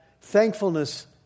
thankfulness